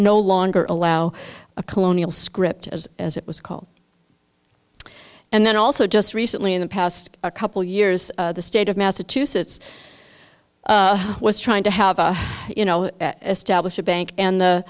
longer allow a colonial script as as it was called and then also just recently in the past couple years the state of massachusetts was trying to have you know stablish a bank and the